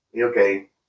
Okay